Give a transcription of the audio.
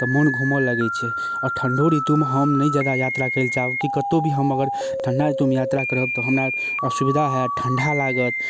तऽ मोन घुमऽ लगै छै आोर ठण्डो ऋतुमे हम नहि जादा यात्रा करै लए चाहब कि कतौ भी हम अगर ठण्डा ऋतुमे यात्रा करब तऽ हमरा असुविधा होयत ठण्डा लागत